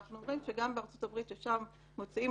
אנחנו אומרים שגם בארצות-הברית ששם מוציאים